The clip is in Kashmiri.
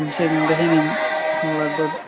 کَم سے کَم گژھن یِم لگ بگ